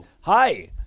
hi